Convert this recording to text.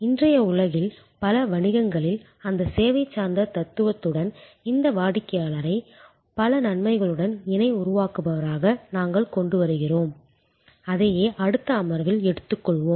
இன்றைய உலகில் பல வணிகங்களில் அந்த சேவை சார்ந்த தத்துவத்துடன் இந்த வாடிக்கையாளரை பல நன்மைகளுடன் இணை உருவாக்குபவராக நாங்கள் கொண்டு வருகிறோம் அதையே அடுத்த அமர்வில் எடுத்துக்கொள்வோம்